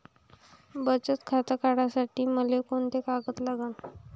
बचत खातं काढासाठी मले कोंते कागद लागन?